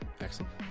Excellent